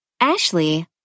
Ashley